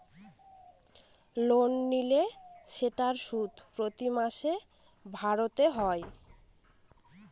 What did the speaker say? loan নিলে সেটার সুদ প্রতি মাসে ভরতে হয়